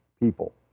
people